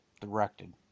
directed